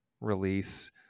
release